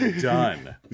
done